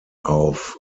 auf